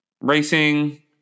racing